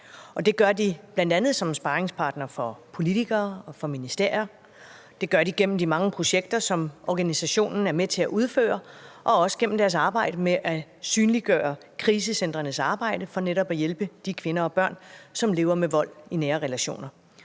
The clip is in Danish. det gør de bl.a. som sparringspartner for politikere og for ministerier. Det gør de gennem de mange projekter, som organisationen er med til at udføre, og også gennem deres arbejde med at synliggøre krisecentrenes arbejde for netop at hjælpe de kvinder og børn, som lever med vold i nære relationer.